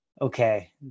okay